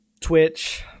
twitch